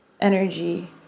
energy